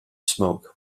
smoke